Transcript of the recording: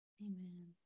Amen